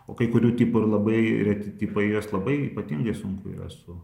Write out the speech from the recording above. o kai kurių tipų ir labai reti tipai juos labai ypatingai sunku yra su